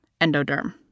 endoderm